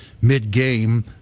mid-game